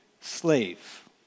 slave